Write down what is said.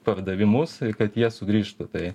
pardavimus kad jie sugrįžtų tai